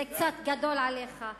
זה קצת גדול עליך.